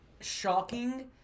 shocking